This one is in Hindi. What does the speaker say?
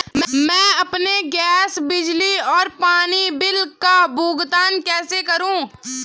मैं अपने गैस, बिजली और पानी बिल का भुगतान कैसे करूँ?